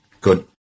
good